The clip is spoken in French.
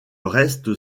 reste